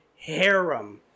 harem